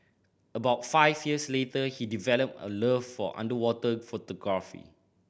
about five years later he developed a love for underwater photography